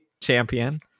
champion